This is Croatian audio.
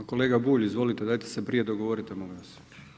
Kolega Bulj izvolite, dajte se prije dogovorite molim vas.